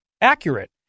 accurate